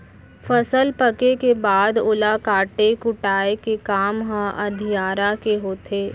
फसल पके के बाद ओला काटे कुटाय के काम ह अधियारा के होथे